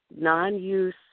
non-use